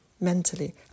mentally